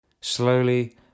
Slowly